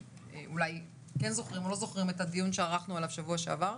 אולי כן זוכרים או לא זוכרים את הדיון שערכנו שבוע שעבר.